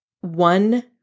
one